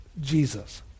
Jesus